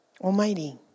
Almighty